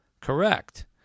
Correct